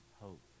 hope